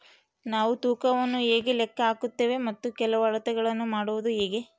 ನಾವು ತೂಕವನ್ನು ಹೇಗೆ ಲೆಕ್ಕ ಹಾಕುತ್ತೇವೆ ಮತ್ತು ಕೆಲವು ಅಳತೆಗಳನ್ನು ಮಾಡುವುದು ಹೇಗೆ?